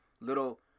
little